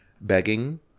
begging